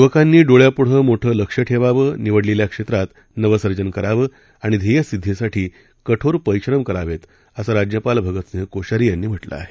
युवकांनी डोळ्यांपुढं मोठं लक्ष्य ठेवावं निवडलेल्या क्षेत्रात नवसर्जन करावं आणि ध्येयसिद्दीसाठी कठोर परिश्रम करावेत असं राज्यपाल भगतसिंह कोश्यारी यांनी म्हटलं आहे